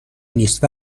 نیست